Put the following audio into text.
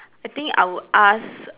I think I would ask